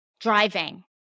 driving